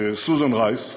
סוזן רייס.